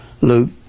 Luke